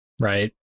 right